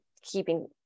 keeping